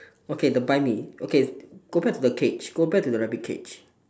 okay the buy me okay go back to the cage go back to the rabbit cage